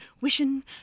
wishing